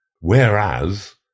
Whereas